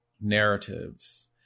narratives